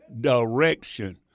direction